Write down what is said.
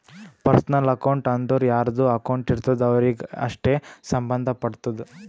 personal account ಅಂದುರ್ ಯಾರ್ದು account ಇರ್ತುದ್ ಅವ್ರಿಗೆ ಅಷ್ಟೇ ಸಂಭಂದ್ ಪಡ್ತುದ